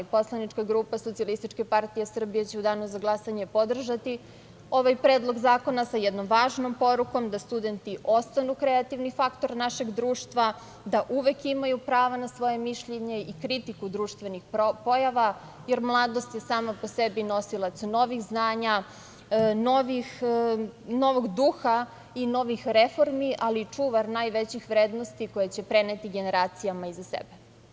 Poslanička grupa SPS će u danu za glasanje podržati ovaj predlog zakona, sa jednom važnom porukom da studenti ostanu kreativni faktor našeg društva, da uvek imaju prava na svoje mišljenje i kritiku društvenih pojava, jer mladost je sama po sebi nosilac novih znanja, novog duha i novih reformi, ali i čuvar najvećih vrednosti koje će preneti generacijama iza sebe.